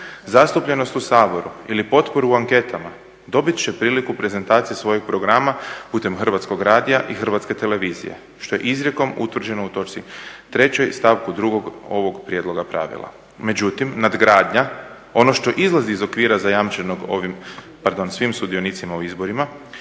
zastupljenost u Saboru ili potporu u anketama dobit će priliku prezentacije svojeg programa putem Hrvatskog radija i Hrvatske televizije što je izrijekom utvrđeno u točci 3., stavku 2 ovog prijedloga pravila. Međutim, nadgradnja, ono što izlazi iz okvira zajamčenog ovim, pardon svim sudionicima u izborima